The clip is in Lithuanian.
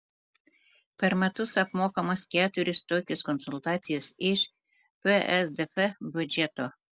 per metus apmokamos keturios tokios konsultacijos iš psdf biudžeto